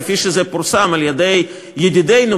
כפי שזה פורסם על-ידי "ידידינו",